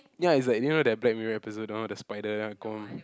ya it's like you know that Black-Mirror episode the one with the spider